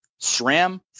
SRAM